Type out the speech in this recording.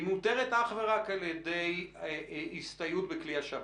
היא מאותרת אך ורק על ידי הסתייעות בכלי השב"כ.